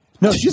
No